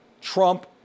Trump